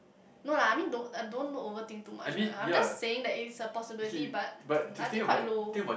no lah I mean don't don't look over thing too much ah I'm just saying that it is a possibility but I think quite low